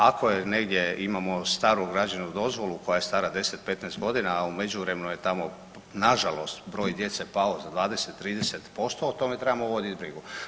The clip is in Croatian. Ako je negdje imamo staru građevnu dozvolu koja je stara 10-15.g., a u međuvremenu je tamo nažalost broj djece pao za 20-30%, o tome trebamo vodit brigu.